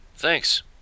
Thanks